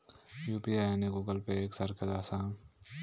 UPI आणि Google Pay एक सारख्याच आसा?